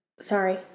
sorry